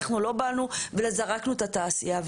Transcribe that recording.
לא באנו וזרקנו את התעשייה.